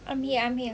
I'm here I'm here